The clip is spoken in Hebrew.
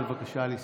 בבקשה לספור.